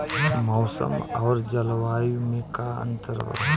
मौसम और जलवायु में का अंतर बा?